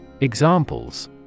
Examples